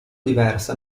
diversa